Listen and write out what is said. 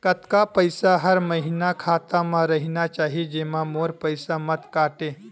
कतका पईसा हर महीना खाता मा रहिना चाही जेमा मोर पईसा मत काटे?